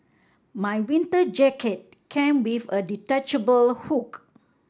my winter jacket came with a detachable hood